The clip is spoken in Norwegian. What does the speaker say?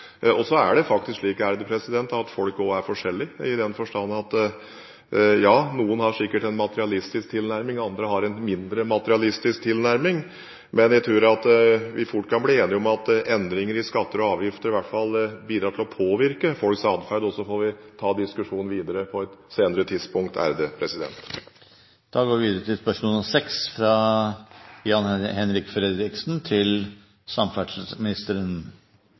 og det er faktisk også slik at folk er forskjellige i den forstand at noen sikkert har en materialistisk tilnærming, andre har en mindre materialistisk tilnærming. Men jeg tror at vi fort kan bli enige om at endringer i skatter og avgifter i hvert fall bidrar til å påvirke folks atferd. Så får vi ta diskusjonen videre på et senere tidspunkt. «Ved anbudstildeling av flykonsesjoner i Lofoten ble Danish Air Transport, DAT, valgt som operatør. Etter at Widerøe anket avgjørelsen, har Samferdselsdepartementet snudd 180 grader og tildelt Widerøe, konkurrenten til